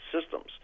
systems